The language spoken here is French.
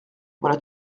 voilà